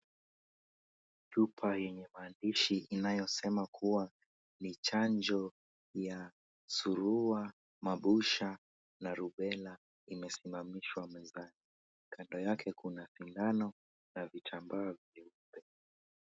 Chupa yenye maandishi inayosema kuwa ni chanjo ya surua, mabusha na rubela, imesimamishwa mezani kando yake kuna sindano na vitambaa vyeupe.